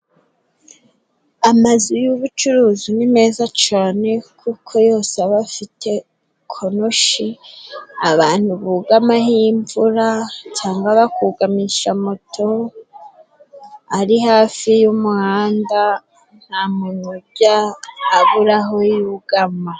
Amazu yubucuruzi ni meza cane kuko yose aba afite konoshi abantu bugama ho imvura cyangwa bakugamisha moto, ari hafi y'umuhanda ntamuntu ujya abura aho yugama.